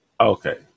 Okay